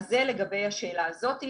זה לגבי השאלה הזאת.